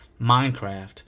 Minecraft